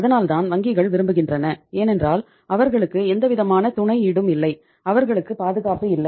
அதனால்தான் வங்கிகள் விரும்புகின்றன ஏனென்றால் அவர்களுக்கு எந்தவிதமான துணை ஈடும் இல்லை அவர்களுக்கு பாதுகாப்பு இல்லை